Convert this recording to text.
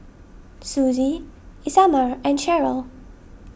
Suzie Isamar and Sheryl